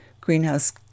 greenhouse